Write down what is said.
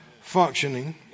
functioning